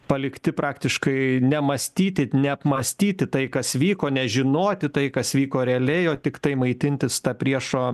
palikti praktiškai nemąstyti neapmąstyti tai kas vyko nežinoti tai kas vyko realiai o tiktai maitintis ta priešo